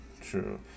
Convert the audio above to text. true